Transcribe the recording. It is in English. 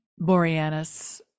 Boreanus